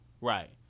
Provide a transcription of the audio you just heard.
Right